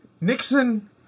Nixon